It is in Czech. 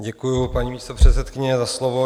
Děkuju, paní místopředsedkyně, za slovo.